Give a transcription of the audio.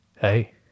Hey